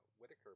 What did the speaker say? Whitaker